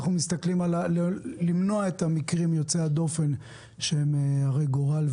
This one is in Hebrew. אנחנו מסתכלים על מניעת מקרים יוצאי דופן שהם הרי גורל,